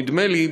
נדמה לי,